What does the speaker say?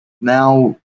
now